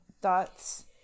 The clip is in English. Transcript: thoughts